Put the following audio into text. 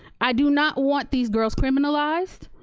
i do not want these girls criminalized,